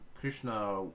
Krishna